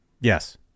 Yes